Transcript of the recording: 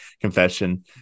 Confession